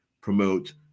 promote